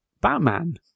Batman